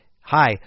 hi